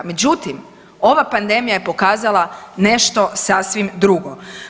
Međutim, ova pandemija je pokazala nešto sasvim drugo.